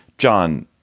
john,